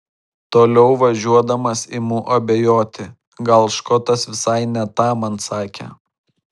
toliau važiuodamas imu abejoti gal škotas visai ne tą man sakė